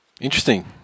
Interesting